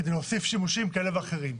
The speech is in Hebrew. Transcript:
כדי להוסיף שימושים כאלה ואחרים.